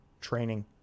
training